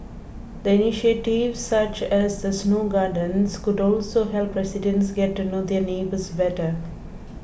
the initiatives such as the snow gardens could also help residents get to know their neighbours better